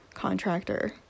contractor